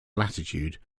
latitude